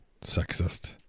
Sexist